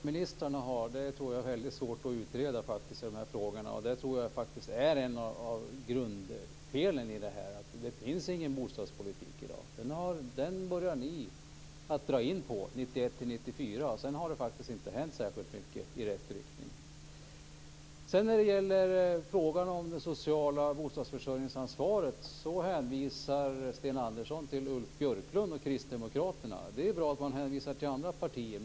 Fru talman! Vilket ansvar de olika ministrarna har tror jag är väldigt svårt att utreda. Det är ett av grundfelen. Det finns i dag inte någon bostadspolitik. Den började ni att dra in på 1991-1994. Sedan har det inte hänt särskilt mycket i rätt riktning. I frågan om det sociala bostadsförsörjningsansvaret hänvisar Sten Andersson till Ulf Björklund och Kristdemokraterna. Det är bra att man hänvisar till andra partier.